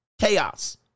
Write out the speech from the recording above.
chaos